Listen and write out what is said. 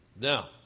Now